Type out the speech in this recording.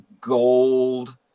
gold